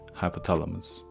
hypothalamus